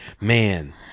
man